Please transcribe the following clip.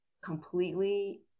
completely